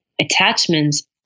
attachments